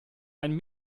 einen